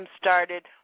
started